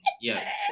Yes